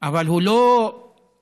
אבל הוא לא ניאו-אורתופד,